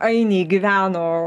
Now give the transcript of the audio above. ainiai gyveno